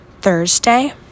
Thursday